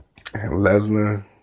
Lesnar